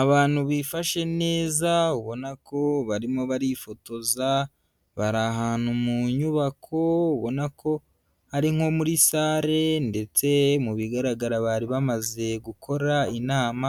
Abantu bifashe neza ubona ko barimo barifotoza bari ahantu mu nyubako ubona ko ari nko muri sale ndetse mu bigaragara bari bamaze gukora inama,